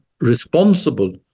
responsible